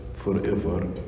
forever